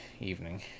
evening